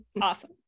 Awesome